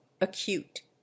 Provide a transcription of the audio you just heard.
acute